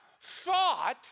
thought